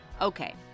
Okay